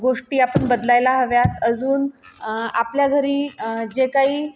गोष्टी आपण बदलायला हव्या आहेत अजून आपल्या घरी जे काही